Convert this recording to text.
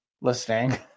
listening